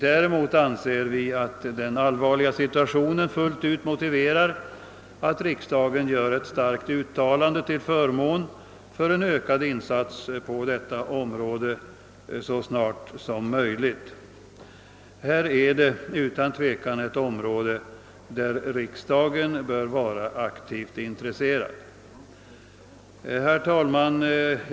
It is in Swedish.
Däremot anser vi att den allvarliga situationen fullt ut motiverar att riksdagen gör ett starkt uttalande till förmån för en ökad insats på detta område så snart som möjligt; riksdagen bör utan tvekan vara aktivt intresserad av denna fråga. Herr talman!